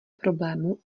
problému